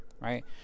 right